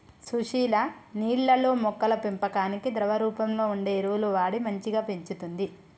సుశీల నీళ్లల్లో మొక్కల పెంపకానికి ద్రవ రూపంలో వుండే ఎరువులు వాడి మంచిగ పెంచుతంది